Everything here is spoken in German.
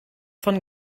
von